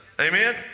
amen